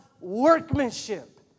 workmanship